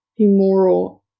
humoral